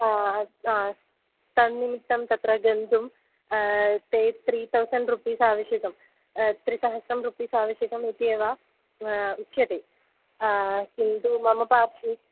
तन्निमित्तं तत्र गन्तुं ते त्री तौसण्ड् रुपीस् आवश्यकं त्रिसहस्रं रुपीस् आवश्यकम् इत्येव उच्यते किन्तु मम पार्श्वे